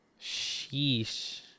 sheesh